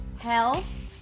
health